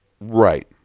Right